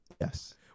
Yes